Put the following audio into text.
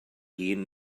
hun